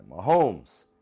Mahomes